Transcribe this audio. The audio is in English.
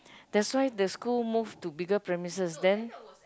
that's why the school move to bigger premises then